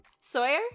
Sawyer